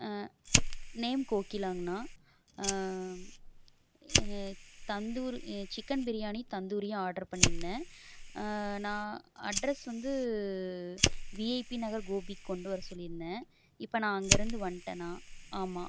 name கோகிலாங்கண்ணா tandoori chicken biryani தந்தூரியும் order பண்ணியிருந்தேன் நான் அட்ரெஸ் வந்து விஐபி நகர் கோபிக்கு கொண்டுக்கு வர சொல்லியிருந்தேன் இப்போ நான் அங்கிருந்து வந்துட்டண்ணா ஆமாம்